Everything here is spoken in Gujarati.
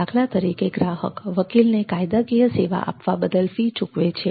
દાખલા તરીકે ગ્રાહક વકીલને કાયદાકીય સેવા આપવા બદલ ફી ચૂકવે છે